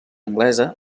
anglesa